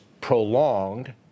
prolonged